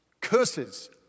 curses